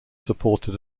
supported